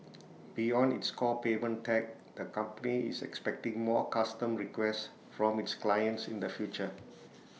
beyond its core payment tech the company is expecting more custom requests from its clients in the future